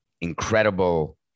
incredible